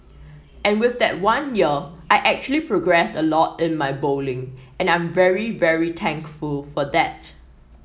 and with that one year I actually progressed a lot in my bowling and I'm very very thankful for that